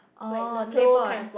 oh claypot